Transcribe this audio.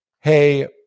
Hey